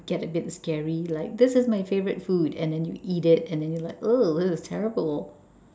get a bit scary like this is my favorite food and then you eat it and then you're like ugh this is terrible